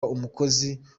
umukozi